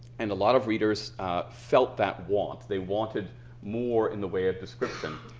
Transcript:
and a lot of readers felt that want. they wanted more in the way of description.